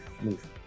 move